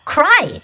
Cry